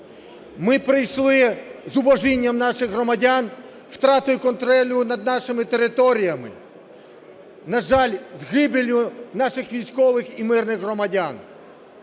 Ми прийшли із зубожінням наших громадян, втратою контролю над нашими територіями, на жаль, із загибеллю наших військових і мирних громадян.